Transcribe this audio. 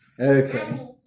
Okay